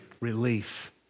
Relief